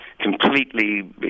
completely